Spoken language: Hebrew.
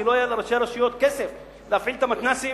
כי לא היה לראשי רשויות כסף להפעיל את המתנ"סים,